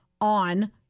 on